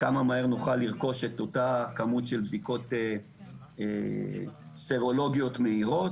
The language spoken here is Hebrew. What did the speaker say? כמה מהר נוכל לרכוש את אותה כמות של בדיקות סרולוגיות מהירות.